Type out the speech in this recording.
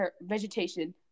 vegetation